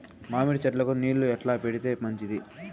మామిడి చెట్లకు నీళ్లు ఎట్లా పెడితే మంచిది?